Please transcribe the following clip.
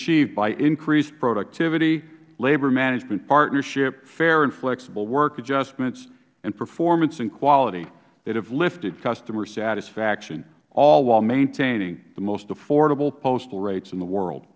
d by increased productivity labor management partnership fair and flexible work adjustments and performance and quality that have lifted customer satisfaction all while maintaining the most affordable postal rates in the world